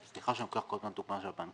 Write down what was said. סליחה שאני כל הזמן נותן דוגמה של הבנק